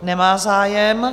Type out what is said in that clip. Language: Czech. Nemá zájem.